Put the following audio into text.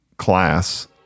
Class